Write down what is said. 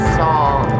song